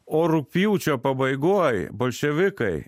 o rugpjūčio pabaigoj bolševikai